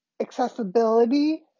accessibility